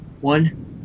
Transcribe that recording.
One